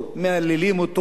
מהללים אותו,